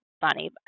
funny